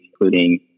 including